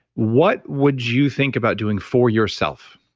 what would you think about doing for yourself?